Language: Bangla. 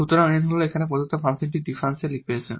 সুতরাং N হল এখানে প্রদত্ত ফাংশনটির ডিফারেনশিয়াল ইকুয়েশন